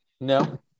No